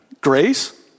grace